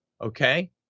Okay